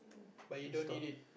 but you don't need it